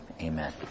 Amen